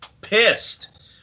pissed